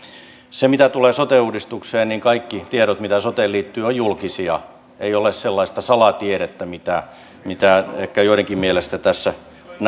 mitä tulee sote uudistukseen niin kaikki tiedot mitä soteen liittyy ovat julkisia ei ole sellaista salatiedettä mitä mitä ehkä joidenkin mielestä tässä